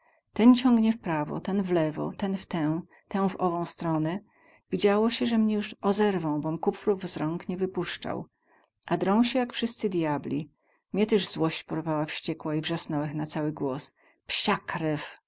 ten ciągnie w prawo ten w lewo ten w tę ten w ową stronę widziało się ze mnie juz ozerwią bom kufrów z rąk nie wypuscał a drą sie jak wsyscy diabli mnie tyz złoś porwała wściekła i wrzasnąłech na cały głos psia krew